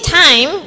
time